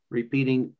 repeating